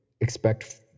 expect